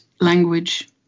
language